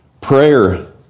prayer